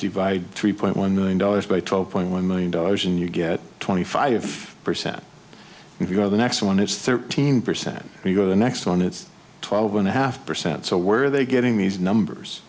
divide three point one million dollars by twelve point one million dollars and you get twenty five percent if you're the next one it's thirteen percent you go the next one it's twelve and a half percent so where are they getting these numbers